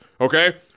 okay